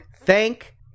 Thank